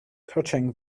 touching